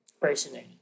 personally